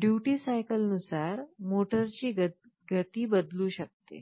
duty सायकलनुसार मोटरची गती बदलू शकते